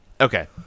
Okay